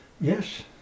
Yes